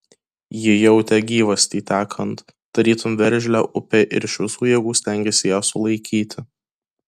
ji jautė gyvastį tekant tarytum veržlią upę ir iš visų jėgų stengėsi ją sulaikyti